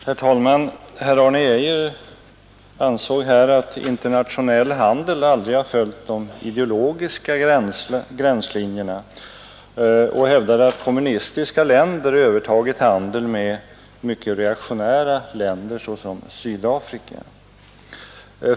Herr talman! Herr Arne Geijer i Stockholm ansåg att internationell handel aldrig har följt de ideologiska gränslinjerna och hävdade att kommunistiska länder övertagit handeln med mycket reaktionära länder, såsom Sydafrika.